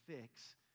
fix